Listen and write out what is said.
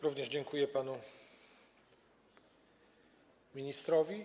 Również dziękuję panu ministrowi.